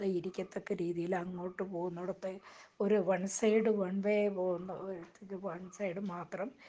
ഇരിക്കത്തക്ക രീതിയിൽ അങ്ങോട്ട് പോകുന്നിടത്ത് ഒരു വൺ സൈഡ് വൺ വെ പോകുന്ന ഒരു വൺ സൈഡ് മാത്രം